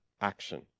action